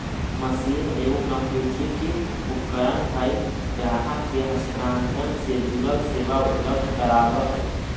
machine एगो कंप्यूटरीकृत उपकरण हइ ग्राहक के हस्तांतरण से जुड़ल सेवा उपलब्ध कराबा हइ